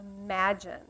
imagine